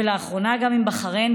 ולאחרונה גם עם בחריין,